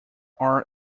are